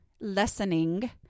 lessening